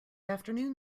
afternoon